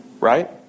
Right